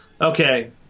Okay